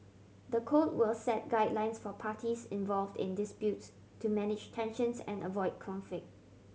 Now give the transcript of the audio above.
the code will set guidelines for parties involved in disputes to manage tensions and avoid conflict